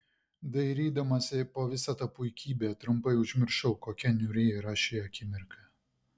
dairydamasi po visą tą puikybę trumpai užmiršau kokia niūri yra ši akimirka